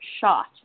shot